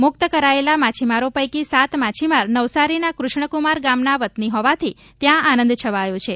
મુક્ત કરાયેલા માછીમારો પૈકી સાત માછીમાર નવસારીના ક્રષ્ણપ્રર ગામના વતની હોવાથી ત્યાં આનંદ છવાયો છે